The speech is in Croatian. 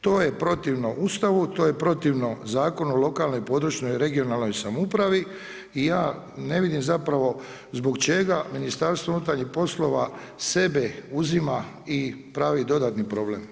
To je protivno Ustavu, to je protivno Zakonu o lokalnoj i područnoj (regionalnoj) samoupravi i ja ne vidim zapravo zbog čega Ministarstvo unutarnjih poslova sebe uzima i pravi dodatni problem.